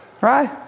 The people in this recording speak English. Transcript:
Right